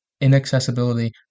inaccessibility